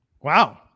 Wow